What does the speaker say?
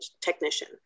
technician